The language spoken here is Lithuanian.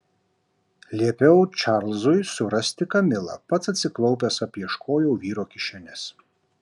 liepiau čarlzui surasti kamilą pats atsiklaupęs apieškojau vyro kišenes